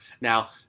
now